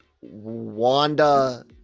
Wanda